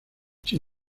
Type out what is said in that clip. sin